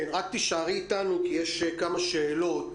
תישארי איתנו, כי יש כמה שאלות.